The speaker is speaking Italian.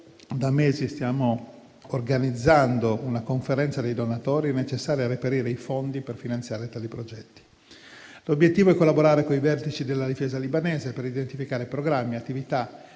da mesi stiamo organizzando una conferenza dei donatori necessaria a reperire i fondi per finanziare tali progetti. L'obiettivo è collaborare con i vertici della Difesa libanese per identificare programmi, attività